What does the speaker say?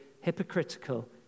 hypocritical